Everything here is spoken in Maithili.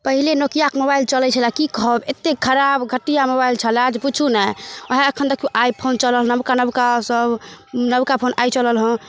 पहिले नोकियाके मोबाइल चलै छलए की कहब एते खराब घटिया मोबाइल छलाए जे पुछू नहि ओएह अखन देखियौ आइफोन चलल नबका नबका सब नबका फोन आइ चलल हँ